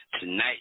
Tonight